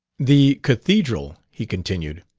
the cathedral, he continued.